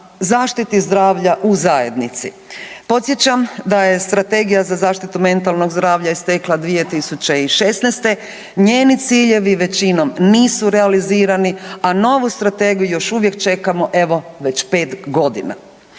zaštiti zdravlja u zajednici. Podsjećam da je strategija za zaštitu mentalnog zdravlja istekla 2016., njeni ciljevi većinom nisu realizirani, a novu strategiju još uvijek čekamo evo već 5 godina.